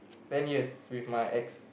ten years with my ex